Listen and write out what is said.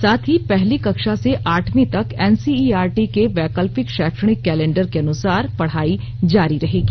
साथ ही पहली कक्षा से आठवीं तक एनसीईआरटी के वैकल्पिक शैक्षणिक कैलेंडर के अनुसार पढाई जारी रहेगी